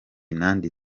myenda